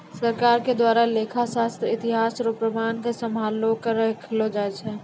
सरकार के द्वारा लेखा शास्त्र के इतिहास रो प्रमाण क सम्भाली क रखलो जाय छै